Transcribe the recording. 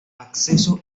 acceso